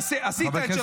איפה היית?